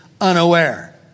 unaware